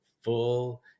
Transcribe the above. full